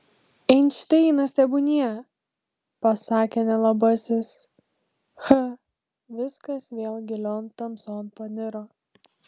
einšteinas tebūnie pasakė nelabasis h viskas vėl gilion tamson paniro